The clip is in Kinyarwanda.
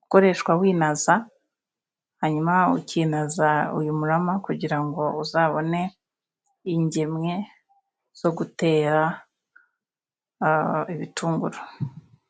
gukoreshwa winaza. Hanyuma ukinaza uyu murama kugira ngo, uzabone ingemwe zo gutera ibitunguru.